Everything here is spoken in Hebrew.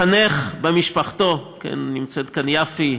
מחנך במשפחתו, נמצאת כאן יפי,